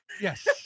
yes